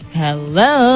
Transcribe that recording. hello